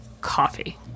coffee